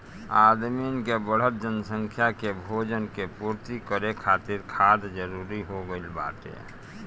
आदमिन के बढ़त जनसंख्या के भोजन के पूर्ति करे खातिर खाद जरूरी हो गइल बाटे